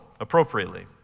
appropriately